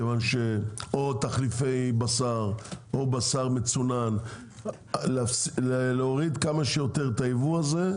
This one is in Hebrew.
מכיוון שאו תחליפי בשר או בשר מצונן להוריד כמה שיותר את הייבוא הזה,